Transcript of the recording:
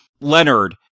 Leonard